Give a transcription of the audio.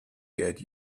get